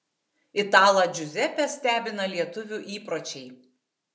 italą džiuzepę stebina lietuvių įpročiai